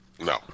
No